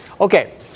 Okay